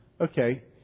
Okay